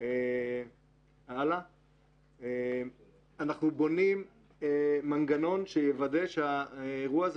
אנחנו בונים מנגנון שיוודא שהאירוע הזה